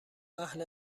اهل